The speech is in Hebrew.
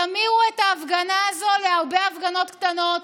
תמירו את ההפגנה הזאת בהרבה הפגנות קטנות.